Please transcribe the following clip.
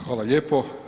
Hvala lijepo.